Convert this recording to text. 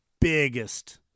biggest